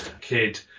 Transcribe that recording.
kid